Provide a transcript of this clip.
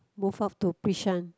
move off to Bishan